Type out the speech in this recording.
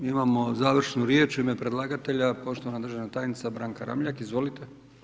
Imamo završnu riječ, u ime predlagatelja, poštovana državna tajnica Branka Ramljak, izvolite.